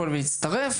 לבוא ולהצטרף,